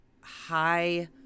high